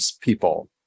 people